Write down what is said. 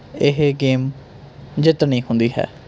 ਇਹ ਗੇਮ ਜਿੱਤਣੀ ਹੁੰਦੀ ਹੈ